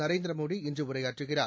நரேந்திர மோடி இன்று உரையாற்றுகிறார்